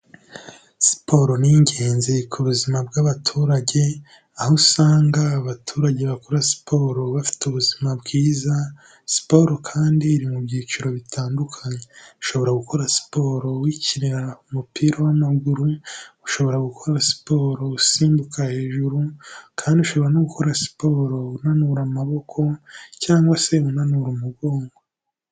Siporo ni ingenzi ku buzima bw'abaturage, aho usanga abaturage bakora siporo bafite ubuzima bwiza, siporo kandi iri mu byiciro bitandukanye. Ushobora gukora siporo wikinra umupira w'amaguru, ushobora gukora siporo usimbuka hejuru, kandi ushobora no gukora siporo unanura amaboko cyangwa se unanura umugongo.